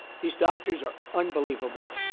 these doctors are unbelievable.